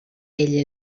ell